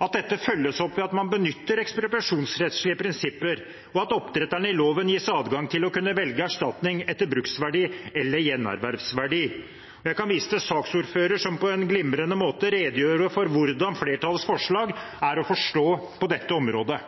at dette følges opp ved at man benytter ekspropriasjonsrettslige prinsipper, og at oppdretterne i loven gis adgang til å kunne velge erstatning etter bruksverdi eller gjenervervsverdi. Jeg kan vise til saksordføreren, som på en glimrende måte redegjorde for hvordan flertallets forslag er å forstå på dette området.